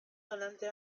donante